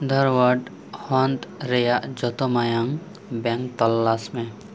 ᱫᱷᱟᱨᱣᱟᱰ ᱠᱷᱚᱸᱫ ᱨᱮᱭᱟᱜ ᱡᱚᱛᱚ ᱢᱟᱭᱟᱢ ᱵᱮᱝ ᱛᱚᱞᱞᱟᱥ ᱢᱮ